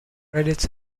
credits